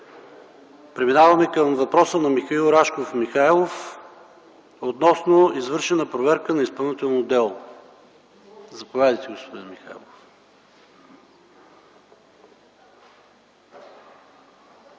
Преминаваме към въпроса на Михаил Рашков Михайлов относно извършена проверка на изпълнително дело. Заповядайте, господин Михайлов.